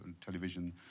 television